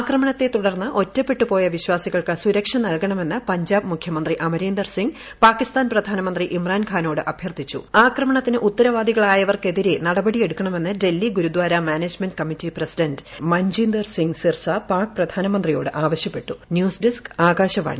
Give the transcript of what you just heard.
ആക്രമണത്തെ തുടർന്ന് ഒറുപ്പെട്ടുപോയ വിശ്വാസികൾക്ക് സുരക്ഷ നൽകണമെന്ന് പഞ്ചാബ് മുഖ്യമന്ത്രി അമരീന്ദർ സിംഗ് പാകിസ്ഥാൻ പ്രധാനമന്ത്രി ഇമ്രാൻ ഖാനോട് ആക്രമണത്തിന് ഉത്തരവാദികളായവർക്കെതിരെ നടപടി എടുക്കണമെന്ന് Delhi Gurdwara management committee president Manjinder Singh Sirsa Pak പ്രധാനമന്ത്രിയോട് ആവശ്യപ്പെട്ടി ന്യൂസ് ഡെസ്ക് ആകാശവാണി